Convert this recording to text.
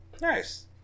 Nice